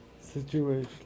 situation